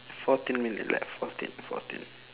fourteen minute left fourteen fourteen